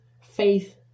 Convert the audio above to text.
Faith